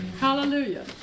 Hallelujah